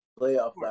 playoff